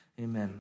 Amen